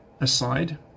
aside